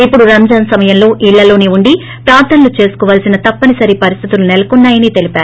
ఇప్పుడు రంజాన్ సమయంలో ఇళ్లలోసే ఉండి ప్రార్ధనలు చేసుకోవాల్సిన తప్పనిసరి పరిస్థితులు నెలకొన్నాయని తెలపారు